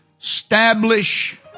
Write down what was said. establish